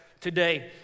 today